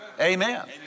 Amen